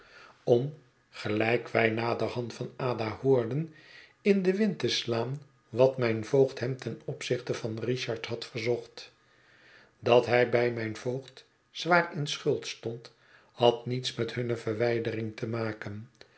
in den wind te slaan wat mijn voogd hem ten opzichte van bichard had verzocht bat hij bij mijn voogd zwaar in schuld stond had niets met hunne verwijdering te maken